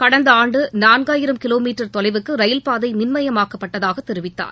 கடந்த ஆண்டு நான்காயிரம் கிலோ மீட்டர் தொலைவுக்கு ரயில்பாதை மின்மயமாக்கப்பட்டதாக தெரிவித்தார்